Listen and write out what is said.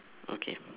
okay